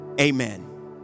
Amen